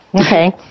Okay